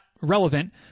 relevant